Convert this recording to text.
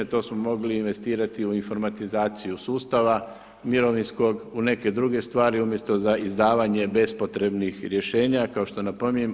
To smo mogli investirati u informatizaciju sustava mirovinskog, u neke druge stvari umjesto za izdavanje bespotrebnih rješenja kao što napominjem.